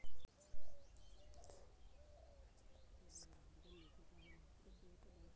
क्या यह एक प्रकार की निवेश कंपनी है?